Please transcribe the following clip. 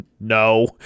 no